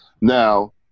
Now